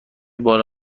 بال